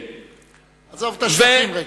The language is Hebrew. עזוב את השטחים רגע.